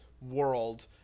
world